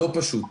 לא פשוט.